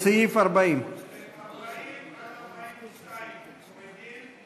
סעיף 40. 40 42, מורידים.